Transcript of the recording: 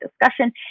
discussion